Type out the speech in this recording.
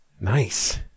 Nice